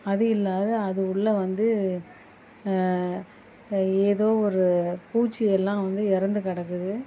அது இல்லாத அது உள்ள வந்து எதோ ஒரு பூச்சிகள்லாம் வந்து இறந்து கிடக்குது